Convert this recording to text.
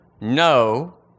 no